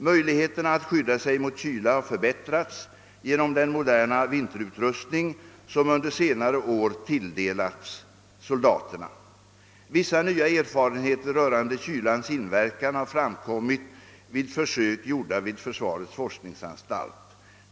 Möjligheterna att skydda sig mot kyla har förbättrats genom den moderna vinterutrustning som under senare år tilldelats soldaterna. Vissa nya erfarenheter rörande kylans inverkan har framkommit vid försök gjorda vid försvarets forskningsanstalt.